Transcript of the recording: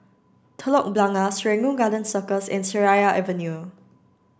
Telok Blangah Serangoon Garden Circus and Seraya Avenue